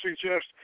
suggest